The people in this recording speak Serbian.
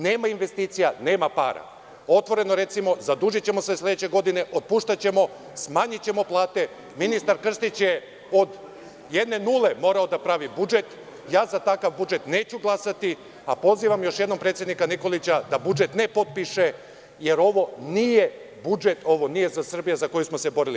Nema investicija, nema para, i otvoreno recimo, zadužićemo se sledeće godine, otpuštaćemo i smanjićemo plate, a ministar Krstićje od jedne nule morao da pravi budžet, a ja za takav budžet neću glasati, a pozivam još jednom predsednika Nikolića da budžet ne potpiše, jer ovo nije budžet, ovo nije Srbija za koju smo se borili.